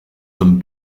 them